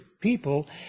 people